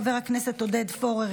חבר הכנסת עודד פורר,